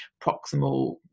proximal